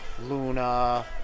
Luna